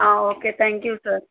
okay thank you sir